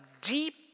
deep